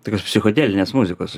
tokios psichodelinės muzikos